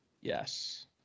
Yes